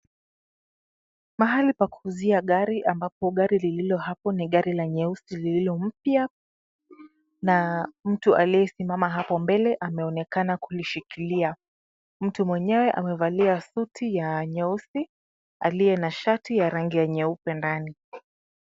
Mahali pa kuuzia gari ambapo gari lililohapo ni gari la nyeusi lililo mpya, na mtu aliyesimama hapo mbele ameonekana kulishikilia. Mtu mwenyewe amevalia suti ya nyeusi aliye na shati ya rangi ya nyeupe ndani.